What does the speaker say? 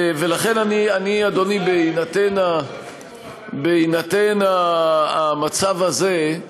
ולכן, אדוני, בהינתן המצב הזה,